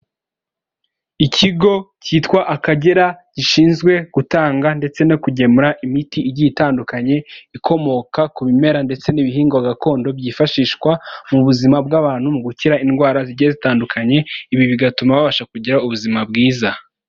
Ikigo cyitwa Akagera gishinzwe gutanga ndetse no kugemura imiti igiye itandukanye ku bihingwa ikomoka ku bimera ndetse n'ibihingwa gakondo byifashishwa mu buzima bw'abantu mu gukira indwara zigiye zitandukanye ibi bigatuma babasha kugira ubuzima bwiza